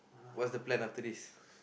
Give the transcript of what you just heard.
what's the plan after this